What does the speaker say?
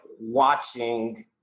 watching